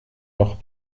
noch